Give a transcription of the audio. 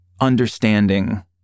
understanding